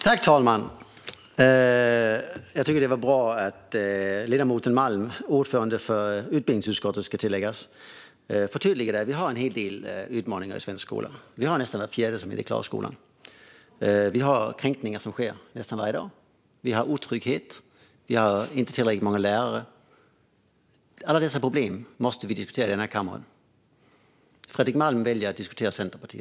Fru talman! Jag tycker att det var bra att ledamoten Malm - ordförande för utbildningsutskottet, ska tilläggas - förtydligade att vi har en hel del utmaningar i svensk skola. Det är nästan en fjärdedel som inte klarar skolan. Kränkningar sker nästan varje dag. Vi har otrygghet. Vi har inte tillräckligt många lärare. Alla dessa problem måste vi diskutera i denna kammare. Fredrik Malm väljer att diskutera Centerpartiet.